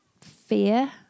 fear